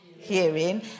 Hearing